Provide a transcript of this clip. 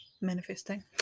Manifesting